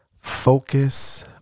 focus